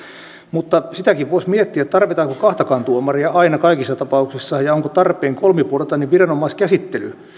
mutta sitäkin voisi miettiä tarvitaanko kahtakaan tuomaria aina kaikissa tapauksissa ja onko tarpeen kolmiportainen viranomaiskäsittely